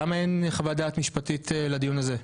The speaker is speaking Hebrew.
למה אין חוות דעת משפטית לדיון הזה?